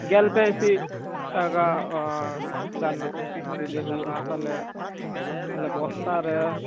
ᱜᱮᱞᱯᱮ ᱤᱥᱤ ᱴᱟᱠᱟ ᱚᱸ ᱜᱟᱱᱚᱜ ᱡᱚᱫᱤ ᱦᱳᱭᱳᱜᱼᱟ ᱛᱟᱦᱚᱞᱮ ᱟᱞᱮ ᱵᱚᱥᱛᱮᱨᱮ